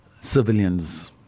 civilians